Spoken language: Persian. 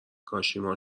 کاشیما